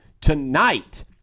tonight